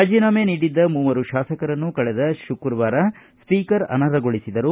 ರಾಜೀನಾಮೆ ನೀಡಿದ್ದ ಮೂವರುಶಾಸಕರನ್ನು ಕಳೆದ ಶುಕ್ರವಾರ ಸ್ವೀಕರ ಅನರ್ಹಗೊಳಿಸಿದರು